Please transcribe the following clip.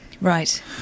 Right